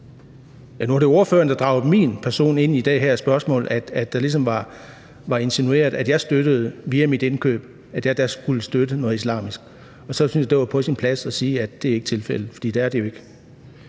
Nu var det ordføreren, der dragede min person ind i det her spørgsmål ved ligesom at insinuere, at jeg via mine indkøb støttede det, altså at jeg dér skulle støtte noget islamisk, og så syntes jeg, at det var på sin plads at sige, at det ikke er tilfældet, for det er det jo ikke.